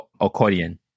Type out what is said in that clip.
accordion